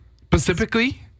specifically